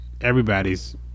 everybody's